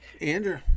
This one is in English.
Andrew